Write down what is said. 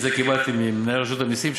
את זה קיבלתי ממנהל רשות המסים,